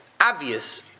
obvious